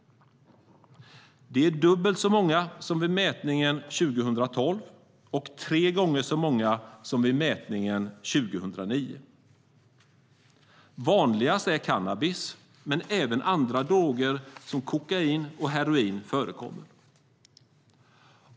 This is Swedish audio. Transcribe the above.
Det är dubbelt så många som vid mätningen 2012 och tre gånger så många som vid mätningen 2009. Vanligast är cannabis, men även andra droger som kokain och heroin förekommer.